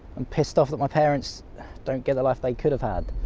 i'm pissed off that my parents don't get the life they could've had.